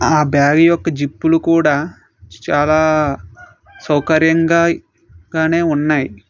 ఆ బ్యాగ్ యొక్క జిప్పులు కూడా చాలా సౌకర్యంగా కానీ ఉన్నాయి